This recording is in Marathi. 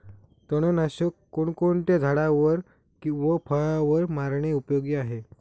तणनाशक कोणकोणत्या झाडावर व फळावर मारणे उपयोगी आहे?